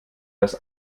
das